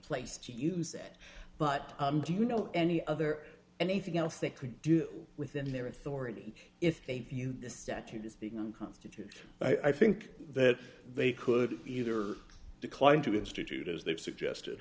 place to use it but do you know any other anything else they could do within their authority if they viewed the statute as being unconstitutional i think that they could either decline to institute as they've suggested